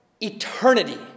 eternity